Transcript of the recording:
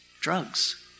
drugs